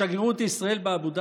בשגרירות ישראל באבו דאבי?